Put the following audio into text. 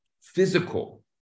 physical